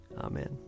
Amen